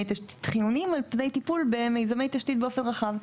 תשתית חיוניים על פני טיפול במיזמי תשתית באופן רחב.